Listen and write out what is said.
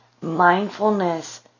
Mindfulness